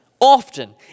often